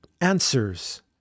answers